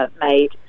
made